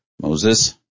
Moses